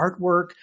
artwork